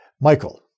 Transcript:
Michael